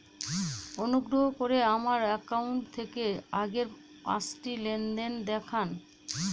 অনুগ্রহ করে আমার অ্যাকাউন্ট থেকে আগের পাঁচটি লেনদেন দেখান